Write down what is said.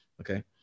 okay